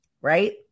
right